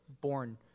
born